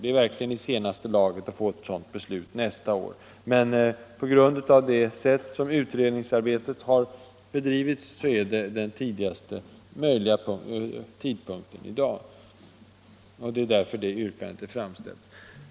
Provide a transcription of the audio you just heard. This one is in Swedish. Det är verkligen i senaste laget att få ett sådant beslut nästa år, men på grund av det sätt som utredningsarbetet har bedrivits på är det den tidigaste möjliga tidpunkten, och det är därför detta yrkande är framställt.